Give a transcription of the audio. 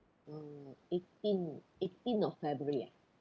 uh eighteen eighteen of february ah